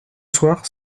soir